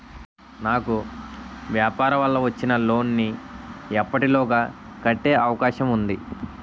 నాకు వ్యాపార వల్ల వచ్చిన లోన్ నీ ఎప్పటిలోగా కట్టే అవకాశం ఉంది?